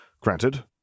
granted